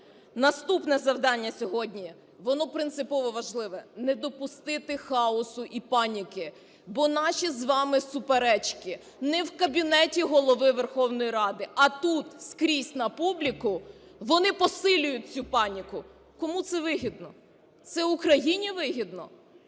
Наступне завдання сьогодні, воно принципово важливе: не допустити хаосу і паніки, бо наші з вами суперечки не в кабінеті Голови Верховної Ради, а тут скрізь на публіку, вони посилюють цю паніку. Кому це вигідно? Це Україні вигідно?